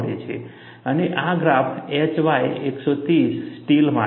અને આ graph HY 130 steel માટે છે